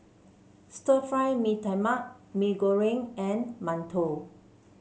Stir Fry Mee Tai Mak Mee Goreng and Mantou